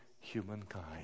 humankind